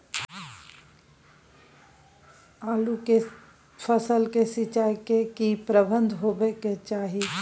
आलू के फसल के सिंचाई के की प्रबंध होबय के चाही?